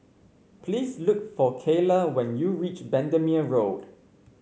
please look for Keyla when you reach Bendemeer Road